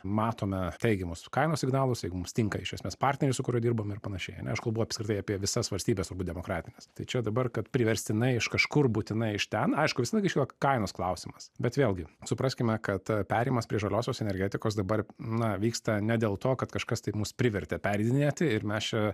matome teigiamus kainos signalus jeigu mums tinka iš esmės partneris su kuriuo dirbam ir panašiai ane aš kalbu apskritai apie visas valstybes demokratines tai čia dabar kad priverstinai iš kažkur būtinai iš ten aišku visąlaik iškyla kainos klausimas bet vėlgi supraskime kad perėjimas prie žaliosios energetikos dabar na vyksta ne dėl to kad kažkas tai mus privertė pereidinėti ir mes čia